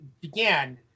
began